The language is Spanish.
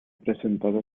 presentado